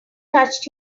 touched